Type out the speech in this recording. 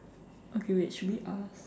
okay wait should we ask